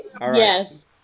Yes